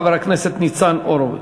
חבר הכנסת ניצן הורוביץ.